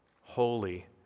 holy